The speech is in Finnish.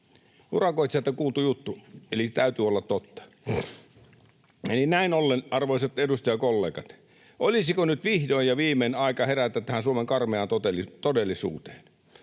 Urakoitsijalta kuultu juttu, eli täytyy olla totta. Eli näin ollen, arvoisat edustajakollegat, olisiko nyt vihdoin ja viimein aika herätä tähän Suomen karmeaan todellisuuteen?